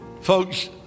Folks